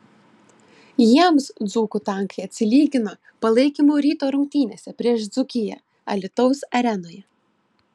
jiems dzūkų tankai atsilygino palaikymu ryto rungtynėse prieš dzūkiją alytaus arenoje